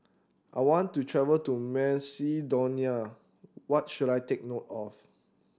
I want to travel to Macedonia what should I take note of